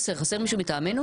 חסר מישהו מטעמנו?